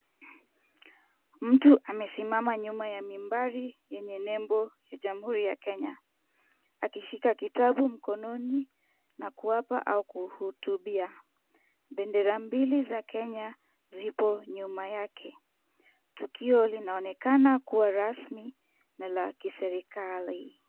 Mtu amesimama nyuma ya mimbari yenye nembo ya jamuhuri ya Kenya, akishuika kitabu mkononi akiwapa au kuwahutubia. Bendera mbili za Kenya zipo nyuma yake. Tukio ;linaonekana kuwa rasmi na kiserikali.